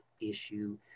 issue